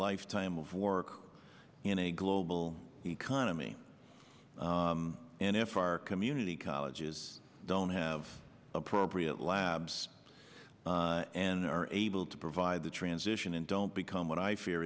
lifetime of work in a global economy and if our community college jews don't have appropriate labs and are able to provide the transition and don't become what i fear